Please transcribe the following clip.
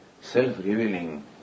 self-revealing